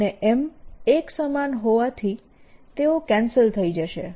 અને M એક સમાન હોવાથી તેઓ કેન્સલ થઇ જશે